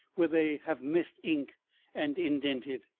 where they have missed ink and indented.